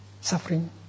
suffering